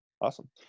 Awesome